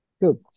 Good